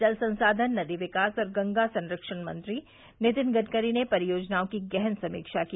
जल संसाधन नदी विकास और गंगा संरक्षण मंत्री नितिन गडकरी ने परियोजनाओं की गहन समीक्षा की